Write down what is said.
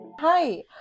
Hi